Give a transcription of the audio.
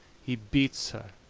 he beats her,